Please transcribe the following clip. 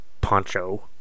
Poncho